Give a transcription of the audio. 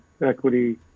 equity